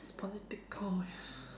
this is political eh